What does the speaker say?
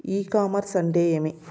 ఇ commerce అంటే ఏమి?